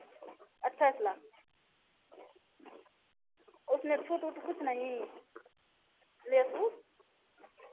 अट्ठाइस लाख उसमें छूट ऊट कुछ नहीं ले